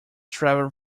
travel